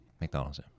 McDonald's